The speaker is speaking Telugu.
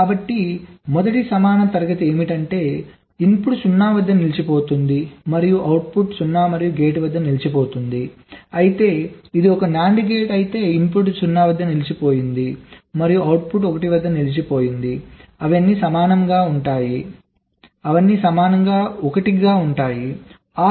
కాబట్టి మొదటి సమానమైన తరగతి ఏమిటంటే ఇన్పుట్ 0 వద్ద నిలిచిపోతుంది మరియు అవుట్పుట్ 0 మరియు గేట్ వద్ద నిలిచిపోతుంది అయితే ఇది ఒక NAND గేట్ అయితే ఇన్పుట్ 0 వద్ద నిలిచిపోతుంది మరియు అవుట్పుట్ 1 వద్ద నిలిచిపోతుంది అవి అన్నీ సమానంగా ఉంటాయి అవి అన్నీ సమానంగా ఉంటాయి 1 కి సమానం